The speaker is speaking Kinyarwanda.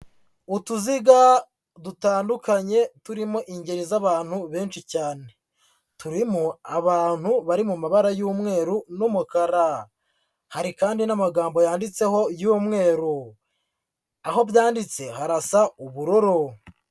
Utuziga dutandukanye turimo ingeri z'abantu benshi cyane, turimo abantu bari mu mabara y'umweru n'umukara, hari kandi n'amagambo yanditseho y'umweru, aho byanditse harasa ubururu.